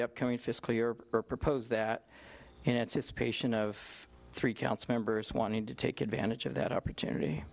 the upcoming fiscal year proposed that anticipation of three council members wanted to take advantage of that opportunity